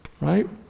right